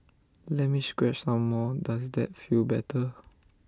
let me scratch some more does that feel better